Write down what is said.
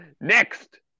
Next